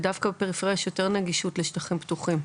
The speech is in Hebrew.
ודווקא בפריפריה יש יותר נגישות לשטחים פתוחים.